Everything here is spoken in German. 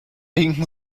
hinken